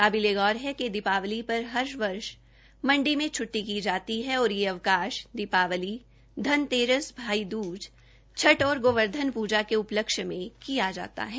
काबिले गौर है कि दीपावली पर हर वर्ष मण्डी में छुट्टी की जाती है और यह अवकाश दीपावली धनतेरस भैया दूज छठ और गोवर्धन पूरा के उपलक्ष्य में किया जाता है